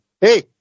Hey